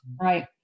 Right